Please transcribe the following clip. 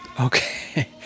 Okay